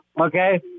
okay